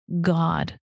God